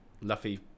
Luffy